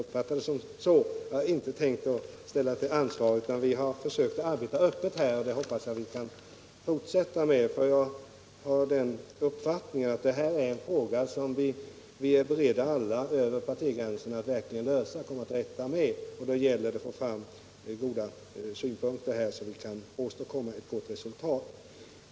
Vi har inte tänkt ställa någon att bekämpa att bekämpa narkotikamissbruket till ansvar utan vi har försökt arbeta öppet, och det hoppas jag att vi kan fortsätta med. Jag har nämligen uppfattningen att det här är en fråga som vi alla — över partigränserna — är beredda att försöka lösa och komma till rätta med. Det gäller alltså att få fram goda synpunkter, så att vi kan åstadkomma ett gott resultat.